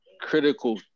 critical